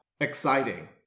exciting